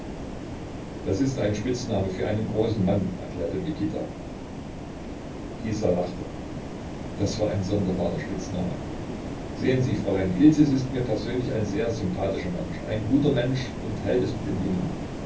das ist ein spitzname für einen großen mann erklärte mikita isa lachte das war ein sonderbarer spitzname sehen sie fräulein iltis ist mir persönlich ein sehr sympathischer mensch ein guter mensch und hält es mit den jungen